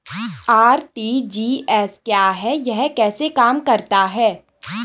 RTGS क्या है यह कैसे काम करता है?